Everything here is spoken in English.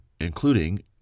including